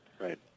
right